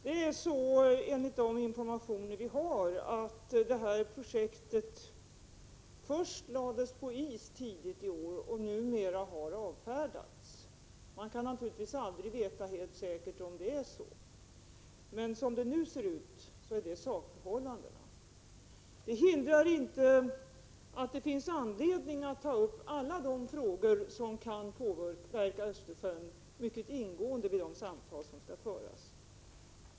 Herr talman! Enligt de informationer som vi har lades detta projekt först på is tidigt i år, och nu har det avfärdats. Man kan naturligtvis aldrig helt säkert veta om det är på det sättet. Men som det nu ser ut är detta sakförhållandet. Det hindrar emellertid inte att det finns anledning att vid de samtal som skall föras mycket ingående ta upp alla de frågor som kan påverka Östersjön.